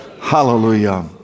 Hallelujah